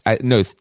no